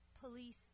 police